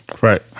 Right